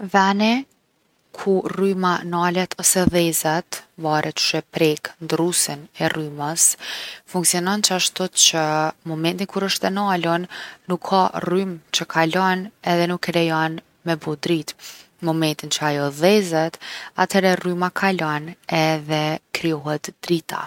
Veni ku rryma nalet ose dhezet, varet qysh e prek ndrrusin e rrymës, funksionon qashtu që n’momentin kur osht e nalun nuk ka rrymë që kalon edhe nuk e lejon me bo dritë. Momentin që rryma dhezet, atëhere ajo kalon edhe bohet drita.